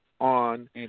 on